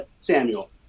Samuel